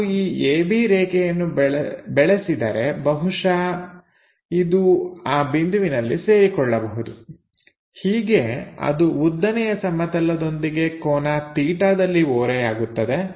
ನಾವು ಈ AB ರೇಖೆಯನ್ನು ಬೆಳೆಸಿದರೆ ಬಹುಶಃ ಇದು ಆ ಬಿಂದುವಿನಲ್ಲಿ ಸೇರಿಕೊಳ್ಳಬಹುದು ಹೀಗೆ ಅದು ಉದ್ದನೆಯ ಸಮತಲದೊಂದಿಗೆ ಕೋನ 𝛉 ದಲ್ಲಿ ಓರೆಯಾಗುತ್ತದೆ